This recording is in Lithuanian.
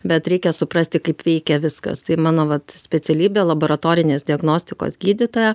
bet reikia suprasti kaip veikia viskas tai mano vat specialybė laboratorinės diagnostikos gydytoja